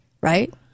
right